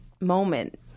moment